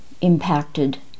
impacted